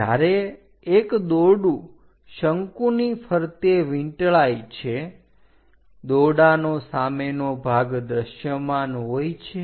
જ્યારે એક દોરડું શંકુની ફરતે વીંટળાઇ છે દોરડાનો સામેનો ભાગ દ્રશ્યમાન હોય છે